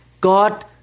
God